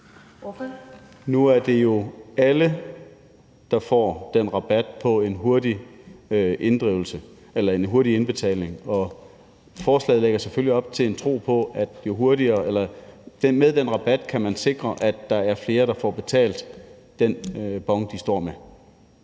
Nu er det jo alle, der får den rabat ved en hurtig indbetaling. Og forslaget lægger selvfølgelig op til en tro på, at man med den rabat kan sikre, at der er flere, der får betalt den bon, de står med.